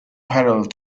parallel